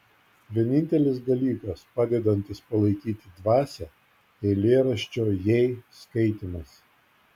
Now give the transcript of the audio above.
vienintelis dalykas padedantis palaikyti dvasią eilėraščio jei skaitymas